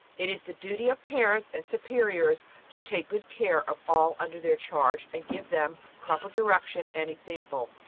it is the duty of parents and superiors to take good care of all under their charge and give them proper direction and example.